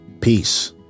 peace